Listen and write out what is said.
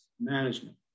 management